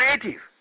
creative